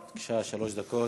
בבקשה, שלוש דקות.